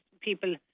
people